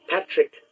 Patrick